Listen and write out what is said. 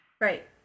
right